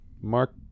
Mark